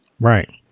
right